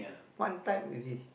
one time is it